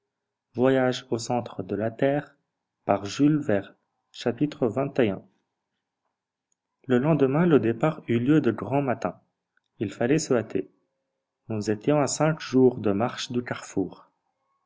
xxi le lendemain le départ eut lieu de grand matin il fallait se hâter nous étions à cinq jours de marche du carrefour